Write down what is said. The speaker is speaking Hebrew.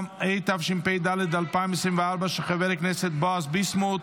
התשפ"ד 2024, של חבר הכנסת בועז ביסמוט